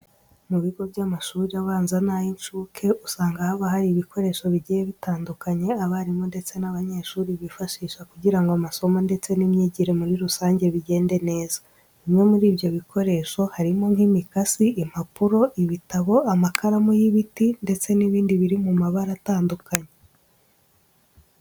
Mu bigo by'amashuri abanza n'ay'incuke usanga haba hari ibikoresho bigiye bitandukanye abarimu ndetse n'abanyeshuri bifashisha kugira ngo amasomo ndetse n'imyigire muri rusange bigende neza. Bimwe muri ibyo bikoresho harimo nk'imikasi, impapuro, ibitabo, amakaramu y'ibiti ndetse n'ibindi biri mu mabara atandukanye.